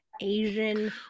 Asian